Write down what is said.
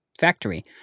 factory